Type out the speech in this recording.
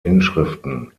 inschriften